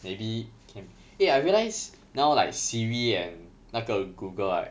maybe can eh I realised now like siri and 那个 google right